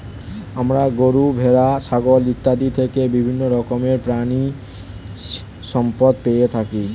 আমরা গরু, ভেড়া, ছাগল ইত্যাদি থেকে বিভিন্ন রকমের প্রাণীজ সম্পদ পেয়ে থাকি